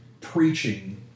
preaching